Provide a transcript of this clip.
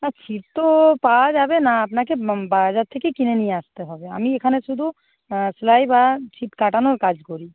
না ছিট তো পাওয়া যাবে না আপনাকে বাজার থেকেই কিনে নিয়ে আসতে হবে আমি এখানে শুধু সেলাই বা ছিট কাটানোর কাজ করি